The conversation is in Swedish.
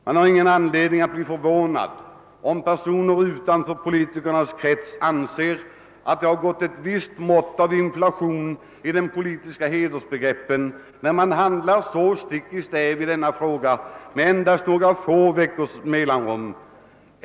Det finns ingen anledning att bli förvånad om personer utanför politikernas krets anser att det har gått ett visst mått av inflation i de politiska hedersbegreppen när man handlar så stick i stäv i denna fråga med endast några få veckors mellanrum.